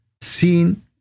seen